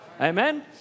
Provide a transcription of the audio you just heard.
Amen